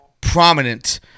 prominent